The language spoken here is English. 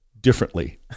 differently